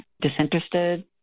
disinterested